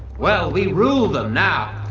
well, we rule them now!